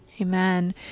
Amen